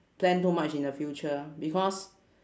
plan too much in the future because